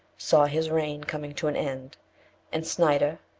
saw his reign coming to an end and snyder,